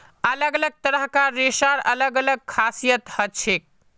अलग अलग तरह कार रेशार अलग अलग खासियत हछेक